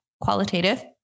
qualitative